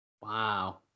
Wow